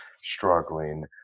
struggling